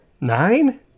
Nine